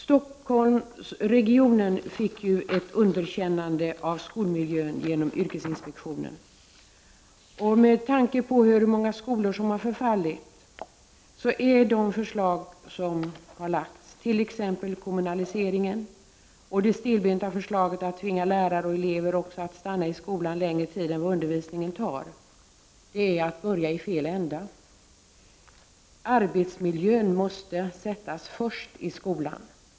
Stockholmsregionen fick ett underkännande av skolmiljön genom yrkesinspektionen. Med tanke på hur många skolor som har förfallit är de förslag som nu har lagts fram, exempelvis kommunaliseringen och det stelbenta förslaget att tvinga elever och lärare att stanna längre tid i skolan än vad undervisningen tar, att börja i fel ände. Arbetsmiljön måste sättas först i skolan.